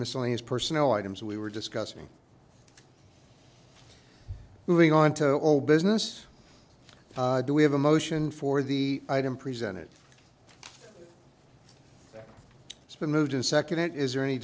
miscellaneous personal items we were discussing moving on to all business do we have a motion for the item presented it's been moved and seconded is there any